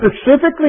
specifically